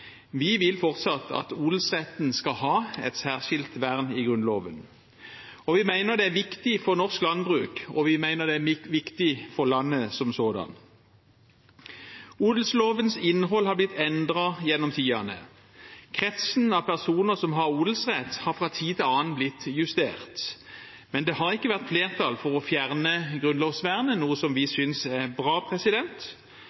Vi vil fortsatt at odelsretten skal ha et særskilt vern i Grunnloven. Vi mener det er viktig for norsk landbruk, og vi mener det er viktig for landet som sådan. Odelslovens innhold har blitt endret gjennom tidene. Kretsen av personer som har odelsrett, har fra tid til annen blitt justert, men det har ikke vært flertall for å fjerne grunnlovsvernet, noe vi